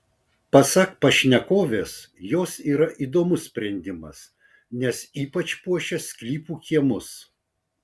pasak pašnekovės jos yra įdomus sprendimas nes ypač puošia sklypų kiemus